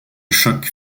choc